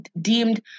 deemed